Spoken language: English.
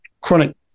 chronic